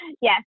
Yes